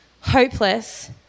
hopeless